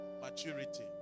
maturity